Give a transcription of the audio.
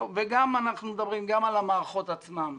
אנחנו מדברים גם על המערכות עצמן.